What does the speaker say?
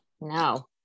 No